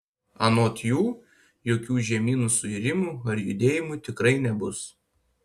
anot jų jokių žemynų suirimų ar judėjimų tikrai nebus